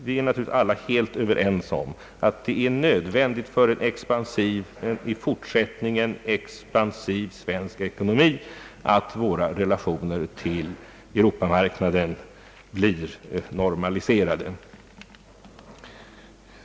Vi är naturligtvis alla helt överens om att det är nödvändigt för en i fortsättningen expansiv svensk ekonomi att våra relationer till Europamarknaden blir normaliserade.